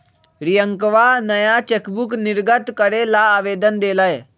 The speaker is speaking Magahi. रियंकवा नया चेकबुक निर्गत करे ला आवेदन देलय